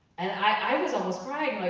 and i was almost crying, like,